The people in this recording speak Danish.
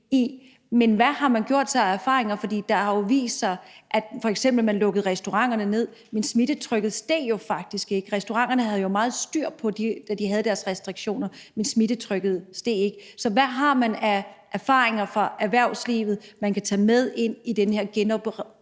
Men hvad har man gjort sig af erfaringer? Det har jo vist sig, da man f.eks. lukkede restauranterne op, at smittetrykket jo faktisk ikke steg. Restauranterne havde jo meget styr på det, da de havde deres restriktioner, og smittetrykket steg ikke. Så hvad har man af erfaringer fra erhvervslivet, man kan tage med ind i den her